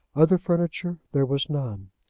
other furniture there was none.